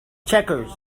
checkers